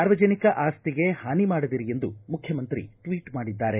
ಸಾರ್ವಜನಿಕ ಆಸ್ತಿಗೆ ಹಾನಿ ಮಾಡದಿರಿ ಎಂದು ಮುಖ್ಯಮಂತ್ರಿ ಟ್ವೀಟ್ ಮಾಡಿದ್ದಾರೆ